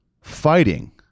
fighting